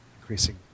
increasing